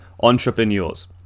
entrepreneurs